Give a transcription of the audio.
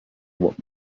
what